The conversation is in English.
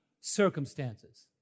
circumstances